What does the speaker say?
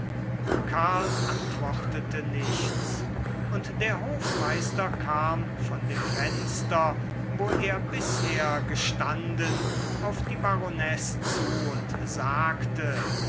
karl antwortete nichts und der hofmeister kam von dem fenster wo er bisher gestanden auf die baronesse zu und sagte